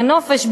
לנופש,